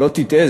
שלא תטעה,